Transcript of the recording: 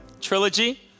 trilogy